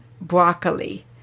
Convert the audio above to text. broccoli